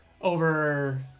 over